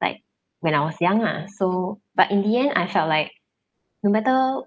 like when I was young ah so but in the end I felt like no matter